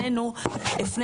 משרד המשפטים, עורך דין סומך.